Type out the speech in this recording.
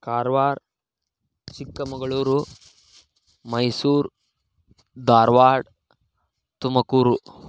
Karwar Chikkamagaluru Mysuru Dharwad Tumakuru